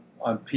on